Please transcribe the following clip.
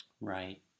Right